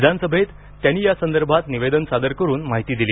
विधानसभेत त्यांनी या संदर्भात निवेदन सादर करून माहिती दिली